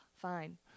Fine